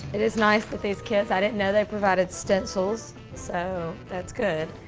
it is nice that these kits, i didn't know they provided stencils, so, that's good.